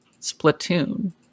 Splatoon